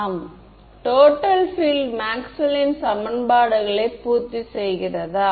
ஆம் total field மேக்ஸ்வெல்லின் சமன்பாடுகளை பூர்த்தி செய்கிறதா